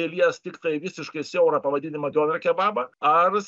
tai lies tiktai visiškai siaurą pavadinimą doner kebabą ar